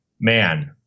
man